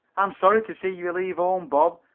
am sorry to see you leave home, bob,